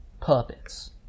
puppets